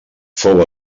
fou